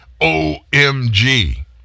OMG